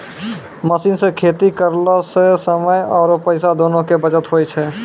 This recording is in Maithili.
मशीन सॅ खेती करला स समय आरो पैसा दोनों के बचत होय छै